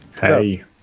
hey